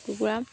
কুকুৰা